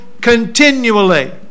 continually